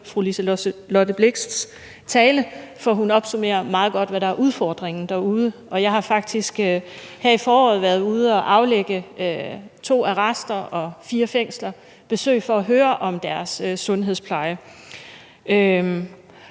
fru Liselott Blixts tale, for hun opsummerer meget godt, hvad der er udfordringen derude. Jeg har faktisk her i foråret været ude at aflægge to arrester og fire fængsler besøg for at høre om deres sundhedspleje.